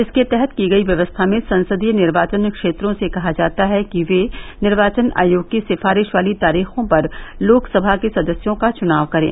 इसके तहत की गई व्यवस्था में संसदीय निर्वाचन क्षेत्रों से कहा जाता है कि ये निर्वाचन आयोग की सिफारिश वाली तारीखों पर लोकसभा के सदस्यों का चुनाव करें